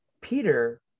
Peter